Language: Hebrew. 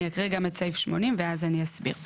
אני אקריא גם את סעיף 80 ואז אני אסביר.